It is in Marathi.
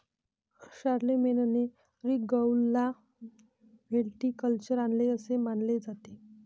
शारलेमेनने रिंगौला व्हिटिकल्चर आणले असे मानले जाते